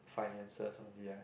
finances